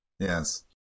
Yes